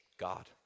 God